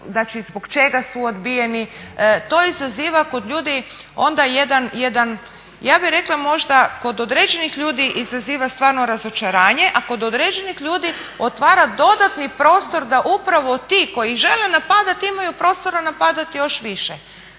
i zbog čega su odbijeni to izaziva kod ljudi onda jedan ja bih rekla možda kod određenih ljudi izaziva stvarno razočaranje, a kod određenih ljudi otvara dodatni prostor da upravo ti koji žele napadati imaju prostora napadati još više.